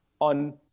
on